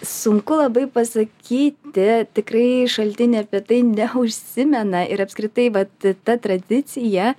sunku labai pasakyti tikrai šaltiniai apie tai neužsimena ir apskritai vat ta tradicija